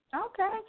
Okay